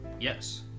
Yes